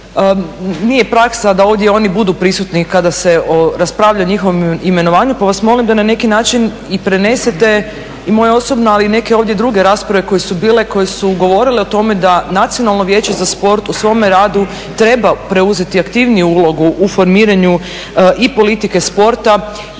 Nije praksa da ovdje oni budu prisutni kada se raspravlja o njihovom imenovanju pa vas molim da na neki način i prenesete i moje osobno ali i neke ovdje druge rasprave koje su bile, koje su govorile o tome da Nacionalno vijeće za sport o svome radu treba preuzeti aktivniju ulogu u formiranju i politike sporta